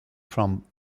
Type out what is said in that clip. from